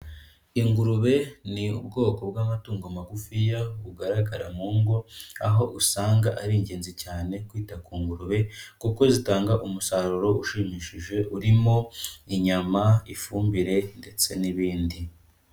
Kngurube ni ubwoko bw'amatungo magufiya bugaragara mu ngo, aho usanga ari ingenzi cyane kwita ku ngurube kuko zitanga umusaruro ushimishije urimo inyama, ifumbire ndetse n'ibindi.